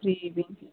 free बी